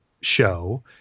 Show